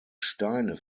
steine